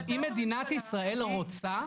אבל אם מדינת ישראל רוצה,